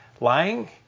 lying